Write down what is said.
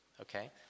Okay